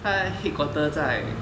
他 headquarters 在